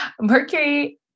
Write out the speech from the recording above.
Mercury